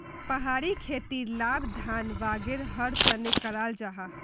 पहाड़ी खेतीर लाभ धान वागैरहर तने कराल जाहा